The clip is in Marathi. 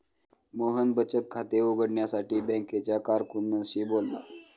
मोहन बचत खाते उघडण्यासाठी बँकेच्या कारकुनाशी बोलला